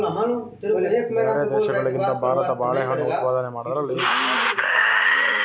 ಬ್ಯಾರೆ ದೇಶಗಳಿಗಿಂತ ಭಾರತ ಬಾಳೆಹಣ್ಣು ಉತ್ಪಾದನೆ ಮಾಡದ್ರಲ್ಲಿ ಭಾಳ್ ಧೊಡ್ಡದಾಗ್ಯಾದ